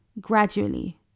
gradually